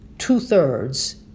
two-thirds